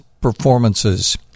performances